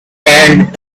and